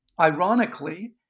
ironically